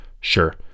sure